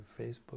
Facebook